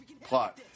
plot